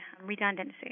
redundancy